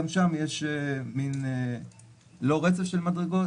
גם שם יש מין לא רצף של מדרגות,